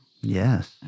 Yes